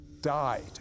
died